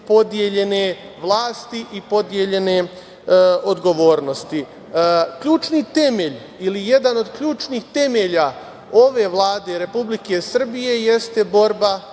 podeljene vlasti i podeljene odgovornosti. Ključni temelj ili jedan od ključnih temelja ove Vlade Republike Srbije jeste borba